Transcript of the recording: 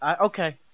Okay